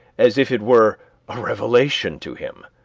as if it were a revelation to him.